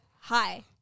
hi